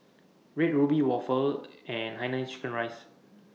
Red Ruby Waffle and Hainanese Chicken Rice